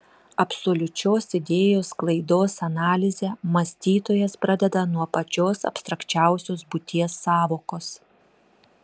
absoliučios idėjos sklaidos analizę mąstytojas pradeda nuo pačios abstrakčiausios būties sąvokos